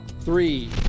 Three